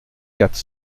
quatre